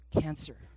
cancer